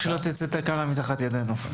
רק שלא תצא תקלה תחת ידינו.